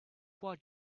what